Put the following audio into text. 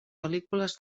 pel·lícules